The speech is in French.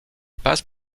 passe